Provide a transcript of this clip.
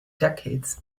decades